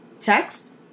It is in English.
Text